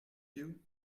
you